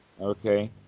okay